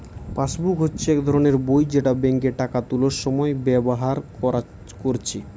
passbook হচ্ছে এক ধরণের বই যেটা বেঙ্কে টাকা তুলার সময় ব্যাভার কোরছে